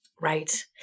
Right